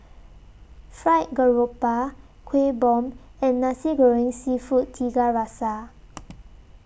Fried Garoupa Kueh Bom and Nasi Goreng Seafood Tiga Rasa